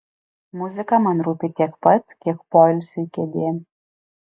muzika man rūpi tiek pat kiek poilsiui kėdė